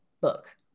book